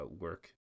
work